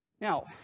Now